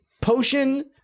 potion